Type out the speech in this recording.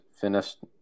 finished